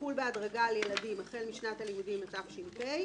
תחול בהדרגה על ילדים החל משנת הלימודים התש"פ,